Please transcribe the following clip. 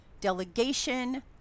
delegation